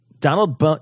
Donald